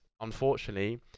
unfortunately